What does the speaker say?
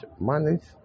manage